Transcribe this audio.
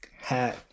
hat